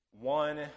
one